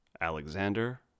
Alexander